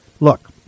Look